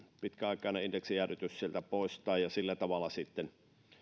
pitkäaikainen indeksijäädytys poistaa ja sillä tavalla sitten